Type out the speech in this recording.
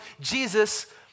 Jesus